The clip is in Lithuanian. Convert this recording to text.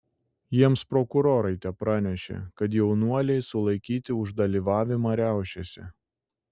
jiems prokurorai tepranešė kad jaunuoliai sulaikyti už dalyvavimą riaušėse